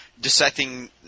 dissecting